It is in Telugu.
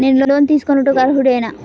నేను లోన్ తీసుకొనుటకు అర్హుడనేన?